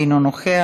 אינו נוכח,